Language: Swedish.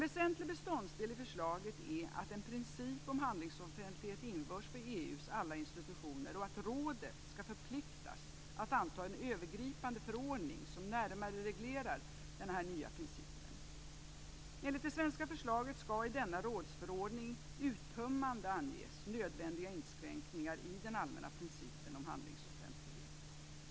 En väsentlig beståndsdel i förslaget är att en princip om handlingsoffentlighet införs för EU:s alla institutioner och att rådet skall förpliktas att anta en övergripande förordning som närmare reglerar den här nya principen. Enligt det svenska förslaget skall i denna rådsförordning uttömmande anges nödvändiga inskränkningar i den allmänna principen om handlingsoffentlighet.